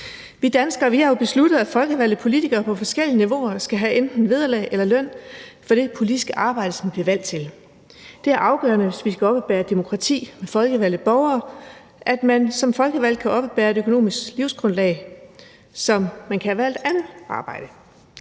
Vi danskere har jo besluttet, at folkevalgte politikere på forskellige niveauer skal have enten vederlag eller løn for det politiske arbejde, som de er valgt til. Det er afgørende, hvis vi skal oppebære et demokrati med folkevalgte borgere, at man som folkevalgt kan oppebære et økonomisk livsgrundlag, som hvis man havde valgt et andet arbejde.